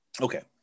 Okay